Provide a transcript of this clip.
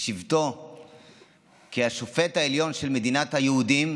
בשבתו כשופט העליון של מדינת היהודים,